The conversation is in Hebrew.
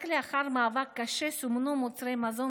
רק לאחר מאבק קשה סומנו מוצרי מזון